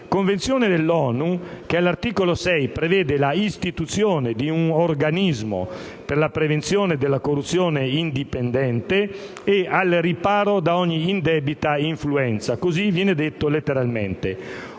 Convenzione dell'ONU, all'articolo 6, prevede l'istituzione di un organismo per la prevenzione della corruzione indipendente e «al riparo da ogni indebita influenza» (così viene detto letteralmente),